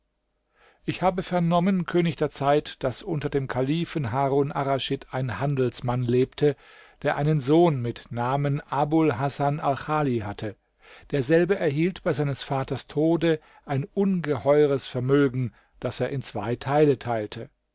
ich habe vernommen könig der zeit daß unter dem kalifen harun arraschid ein handelsmann lebte der einen sohn mit namen abul hasan alchali hatte derselbe erhielt bei seines vaters tode ein ungeheures vermögen das er in zwei teile teilte